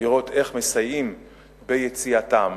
לראות איך מסייעים ביציאתם,